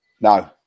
No